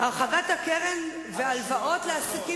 כשהתחלנו בחוק הזה,